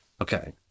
Okay